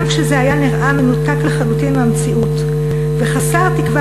גם כשזה היה מנותק לחלוטין מהמציאות וחסר תקווה